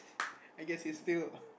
I guess it fill